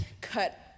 cut